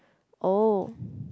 oh